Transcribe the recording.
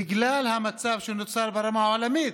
בגלל המצב שנוצר ברמה העולמית,